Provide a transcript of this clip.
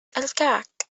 الكعك